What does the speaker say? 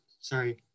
sorry